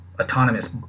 autonomous